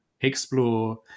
explore